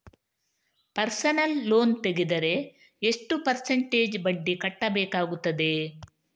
Personal loan ತೆಗೆದರೆ ಎಷ್ಟು percentage ಬಡ್ಡಿ ಕಟ್ಟಬೇಕಾಗುತ್ತದೆ?